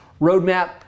roadmap